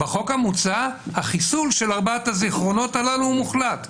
בחוק המוצע החיסול של ארבעת הזיכרונות הללו הוא מוחלט.